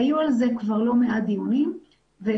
היו על זה כבר לא מעט דיונים ולצערי,